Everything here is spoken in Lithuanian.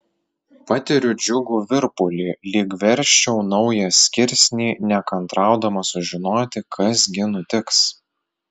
patiriu džiugų virpulį lyg versčiau naują skirsnį nekantraudama sužinoti kas gi nutiks